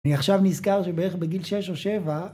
אני עכשיו נזכר שבערך בגיל 6 או 7